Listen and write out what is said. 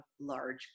large